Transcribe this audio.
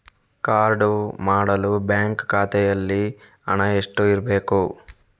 Card ಮಾಡಲು bank ಖಾತೆಯಲ್ಲಿ ಹಣ ಎಷ್ಟು ಇರಬೇಕು?